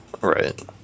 right